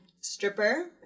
stripper